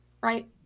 right